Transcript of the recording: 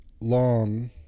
long